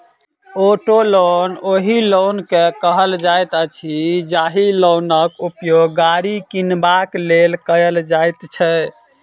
auto loan ओहि loan के कहल जाइत अछि, जाहि लोनक उपयोग गाड़ी किनबाक लेल कयल जाइत छै